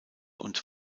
und